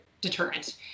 deterrent